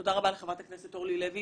ותודה לחברת הכנסת אורלי לוי